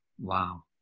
wow